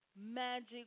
magic